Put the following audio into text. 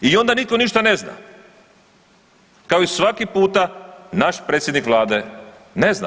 I onda nitko ništa ne zna kao i svaki puta naš predsjednik Vlade ne zna.